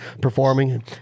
performing